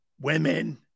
women